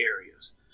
areas